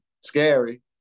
Scary